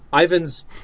Ivan's